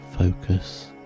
focus